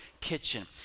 kitchen